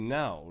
now